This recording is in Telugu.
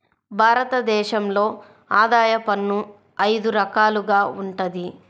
భారత దేశంలో ఆదాయ పన్ను అయిదు రకాలుగా వుంటది